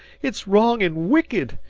it's wrong and wicked!